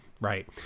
Right